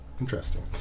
interesting